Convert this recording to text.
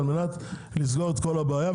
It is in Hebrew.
על מנת לסגור את כל הבעיה,